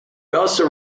also